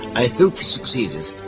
i hope we've succeeded,